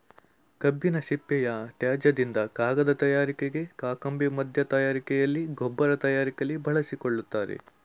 ಕಬ್ಬಿನ ಸಿಪ್ಪೆಯ ತ್ಯಾಜ್ಯದಿಂದ ಕಾಗದ ತಯಾರಿಕೆಗೆ, ಕಾಕಂಬಿ ಮಧ್ಯ ತಯಾರಿಕೆಯಲ್ಲಿ, ಗೊಬ್ಬರ ತಯಾರಿಕೆಯಲ್ಲಿ ಬಳಸಿಕೊಳ್ಳುತ್ತಾರೆ